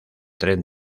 tren